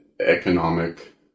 economic